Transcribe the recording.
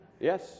Yes